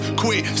quit